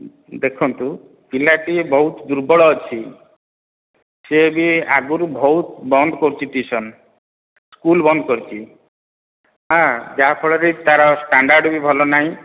ଦେଖନ୍ତୁ ପିଲାଟି ବହୁତ ଦୁର୍ବଳ ଅଛି ସେ ବି ଆଗରୁ ବହୁତ ବନ୍ଦ କରୁଛି ଟ୍ୟୁସନ୍ ସ୍କୁଲ୍ ବନ୍ଦ କରିଛି ଯାହା ଫଳରେ ତାର ଷ୍ଟାଣ୍ଡାର୍ଡ଼ ବି ଭଲ ନାହିଁ